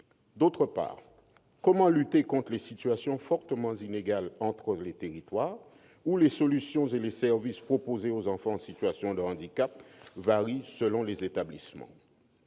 ailleurs, comment lutter contre la forte inégalité des situations entre les territoires, les solutions et les services proposés aux enfants en situation de handicap variant selon les établissements ?